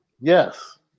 Yes